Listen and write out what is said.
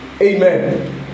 Amen